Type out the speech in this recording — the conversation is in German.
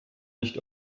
nicht